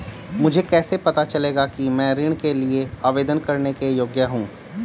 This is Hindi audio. मुझे कैसे पता चलेगा कि मैं ऋण के लिए आवेदन करने के योग्य हूँ?